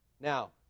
Now